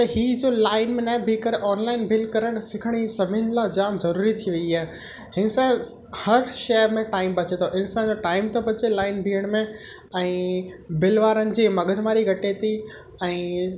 त हीअ जो लाइन में न बीह करे ऑनलाइन बिल करणु सिखण ई सभिनि लाइ जाम ज़रूरी थी वई आहे हिन सां हर शइ में टाइम बचे थो इंसान जो टाइम थो बचे लाइन बीहण में ऐं बिल वारनि जी मग़ज़मारी घटे थी ऐं